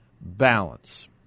BALANCE